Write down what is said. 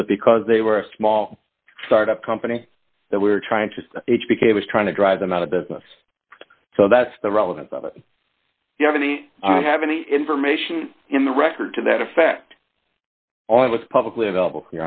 that because they were a small startup company that we were trying to age because it was trying to drive them out of business so that's the relevance of it you have any have any information in the record to that effect on was publicly available